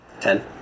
Ten